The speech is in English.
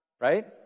Right